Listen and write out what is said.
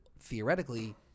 theoretically